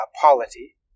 polity